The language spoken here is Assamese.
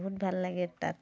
বহুত ভাল লাগে তাত